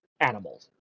animals